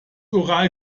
ural